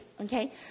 okay